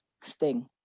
Sting